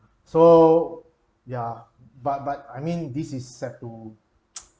so ya but but I mean this is have to